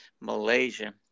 Malaysia